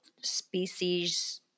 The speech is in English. species